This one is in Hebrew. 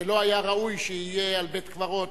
שלא היה ראוי שיהיה על בית-קברות.